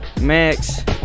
Max